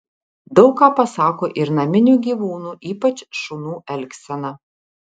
daug ką pasako ir naminių gyvūnų ypač šunų elgsena